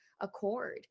accord